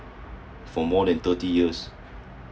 for more than thirty years